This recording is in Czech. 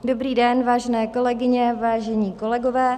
Dobrý den, vážené kolegyně, vážení kolegové.